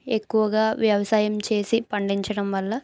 ఎక్కువగా వ్యవసాయం చేసి పండించడం వల్ల